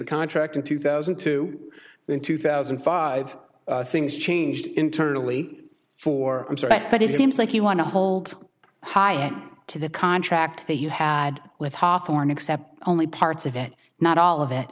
the contract in two thousand and two then two thousand and five things changed internally for i'm sorry but it seems like you want to hold high end to the contract that you had with hawthorn except only parts of it not all of it